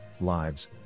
lives